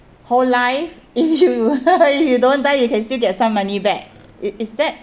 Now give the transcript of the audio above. whole life if you if you don't die you can still get some money back it is that